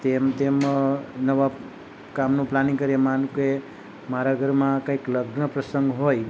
તેમ તેમ નવા કામનું પ્લાનિંગ કરીએ માનો કે મારા ઘરમાં કંઈક લગ્ન પ્રસંગ હોય